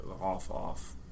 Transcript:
off-off